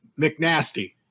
McNasty